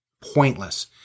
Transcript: pointless